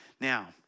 Now